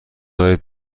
دارید